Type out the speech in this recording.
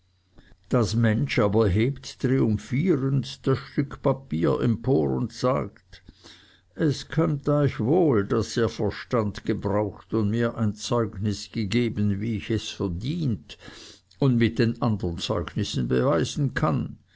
das mensch aber hebt triumphierend das stück papier empor und sagt es kömmt euch wohl daß ihr verstand gebraucht und mir ein zeugnis gegeben wie ich es verdient und mit den andern zeugnissen beweisen kann